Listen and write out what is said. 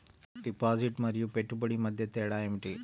Deposit మరియు పెట్టుబడి మధ్య తేడా ఏమిటి?